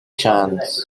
chance